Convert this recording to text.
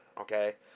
okay